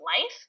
life